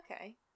Okay